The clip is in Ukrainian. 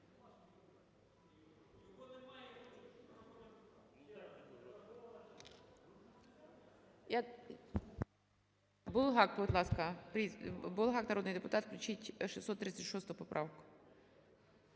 Буглак, будь ласка, Буглак, народний депутат, включіть 636 поправку.